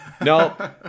no